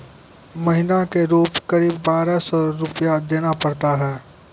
महीना के रूप क़रीब बारह सौ रु देना पड़ता है?